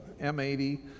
M80